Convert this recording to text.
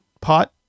pot